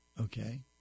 Okay